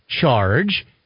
charge